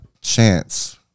chance